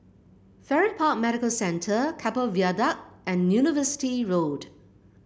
Farrer Park Medical Centre Keppel Viaduct and University Road